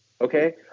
okay